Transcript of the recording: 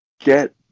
Get